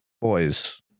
boys